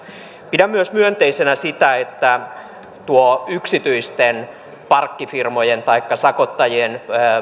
pidän myönteisenä myös sitä että yksityisten parkkifirmojen taikka sakottajien